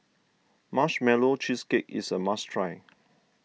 Marshmallow Cheesecake is a must try